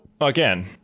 again